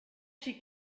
she